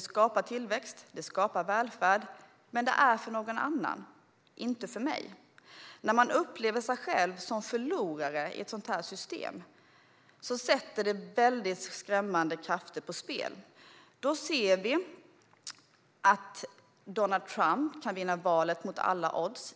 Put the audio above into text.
skapar tillväxt och välfärd, men för någon annan och inte för oss själva, när man upplever sig själv som förlorare i ett sådant system sätter det igång skrämmande krafter. Då kan Donald Trump vinna valet i USA mot alla odds.